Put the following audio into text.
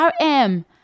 rm